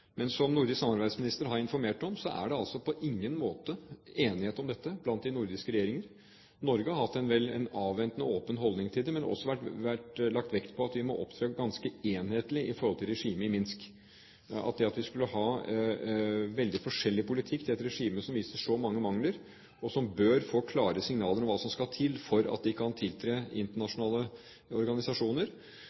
men, som den nordiske samarbeidsministeren har informert om, det er på ingen måte enighet om dette blant de nordiske regjeringer. Norge har hatt en avventende og åpen holdning til dette, men vi har også lagt vekt på at vi må opptre ganske enhetlig overfor regimet i Minsk. Ut fra det at vi skulle føre veldig forskjellig politikk overfor et regime som viser så mange mangler, og som bør få klare signaler om hva som skal til for at landet kan tiltre internasjonale organisasjoner,